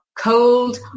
Cold